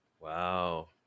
Wow